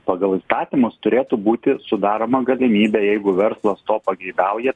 pagal įstatymus turėtų būti sudaroma galimybė jeigu verslas to pageidauja